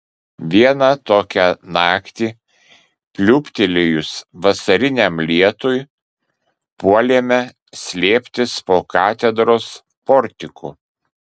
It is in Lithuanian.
vieną tokią naktį pliūptelėjus vasariniam lietui puolėme slėptis po katedros portiku